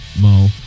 Mo